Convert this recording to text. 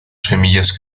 semillas